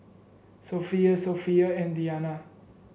Sofea Sofea and Diyana